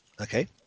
Okay